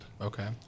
Okay